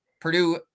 Purdue